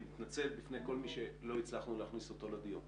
אני מתנצל בפני כל מי שלא הצלחנו להכניס אותו לדיון.